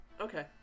Okay